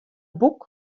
boek